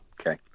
okay